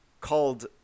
called